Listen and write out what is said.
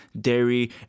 dairy